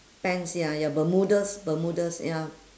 pants ya ya bermudas bermudas ya